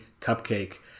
cupcake